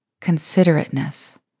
considerateness